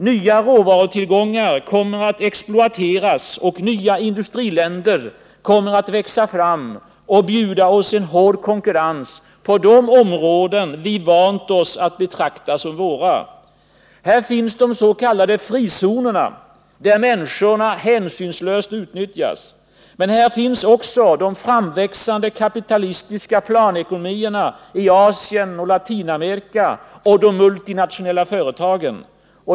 Nya råvarutillgångar kommer att exploateras och nya industriländer kommer att växa fram och bjuda oss en hård konkurrens på de områden vi vant oss vid att betrakta som våra. Här finns dess.k. frizonerna, där människor hänsynslöst utnyttjas. Men här finns också de framväxande ”kapitalistiska planekonomierna” i Asien och Latinamerika och de multinationella företagen.